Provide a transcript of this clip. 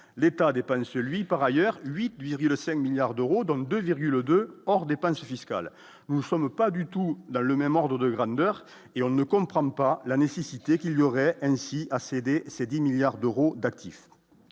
l'État a dépassé celui par ailleurs 8,5 milliards d'euros, dont 2,2 hors dépenses fiscales nous sommes pas du tout dans le même ordre de grandeur et on ne comprend pas la nécessité qu'il y aurait ainsi à céder ses 10 milliards d'euros d'actifs,